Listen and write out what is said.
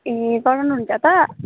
ए गराउनु हुन्छ त